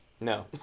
No